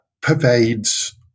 pervades